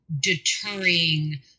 deterring